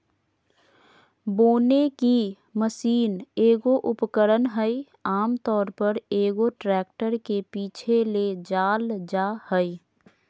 बोने की मशीन एगो उपकरण हइ आमतौर पर, एगो ट्रैक्टर के पीछे ले जाल जा हइ